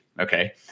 Okay